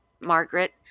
Margaret